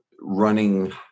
running